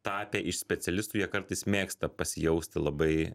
tapę iš specialistų jie kartais mėgsta pasijausti labai